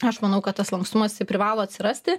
aš manau kad tas lankstumas privalo atsirasti